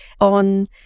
on